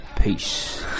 Peace